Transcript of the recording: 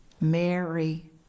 Mary